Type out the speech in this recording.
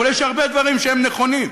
אבל יש הרבה דברים שהם נכונים.